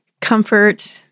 comfort